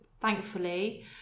thankfully